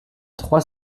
trois